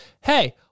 Hey